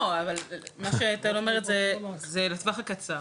לא, אבל מה שתהל אומרת הוא לטווח הקצר.